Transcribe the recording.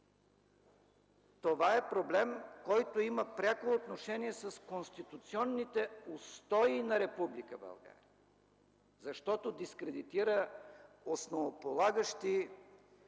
Това е проблем, който има пряко отношение с конституционните устои на Република България, защото дискредитира основополагащи